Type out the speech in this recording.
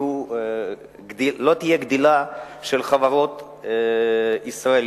לא תהיה גדילה של חברות ישראליות,